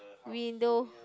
window